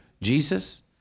Jesus